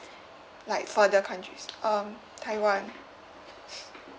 like further countries um taiwan